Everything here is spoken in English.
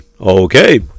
Okay